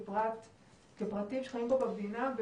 כפרטים שחיים פה במדינה,